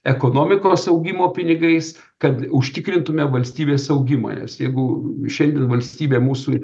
ekonomikos augimo pinigais kad užtikrintume valstybės augimą nes jeigu šiandien valstybė mūsų